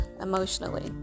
emotionally